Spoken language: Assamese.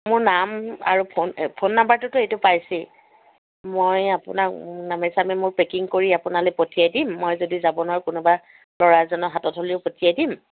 মোৰ নাম আৰু ফোন ফোন নাম্বাৰটোতো এইটো পাইছেই মই আপোনাক নামে চামে মোৰ পেকিং কৰি আপোনালৈ পঠিয়াই দিম মই যদি যাব নোৱাৰো কোনোবা ল'ৰা এজনৰ হাতত হ'লেও পঠিয়াই দিম